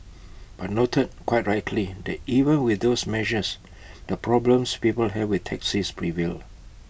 but noted quite that even with those measures the problems people have with taxis prevailed